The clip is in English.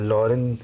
Lauren